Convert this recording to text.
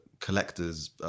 collectors